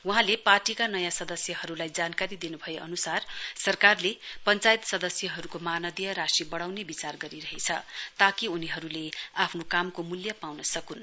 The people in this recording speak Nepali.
वहाँले पार्टीका नयाँ सदस्यहरुलाई जानकारी दिनुभए अनुसार सरकारले पञ्चायत सदस्यहरुको मानदेय राशि वढ़ाउने विचार गरिरहेछ ताकि उनीहरुले आफ्नो कामको मूल्य पाउन सकुन्